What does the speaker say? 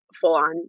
full-on